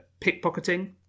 pickpocketing